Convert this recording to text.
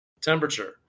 Temperature